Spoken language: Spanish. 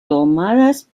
tomadas